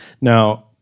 Now